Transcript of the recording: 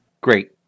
great